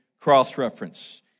cross-reference